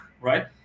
right